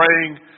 praying